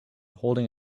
holding